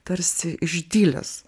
tarsi išdilęs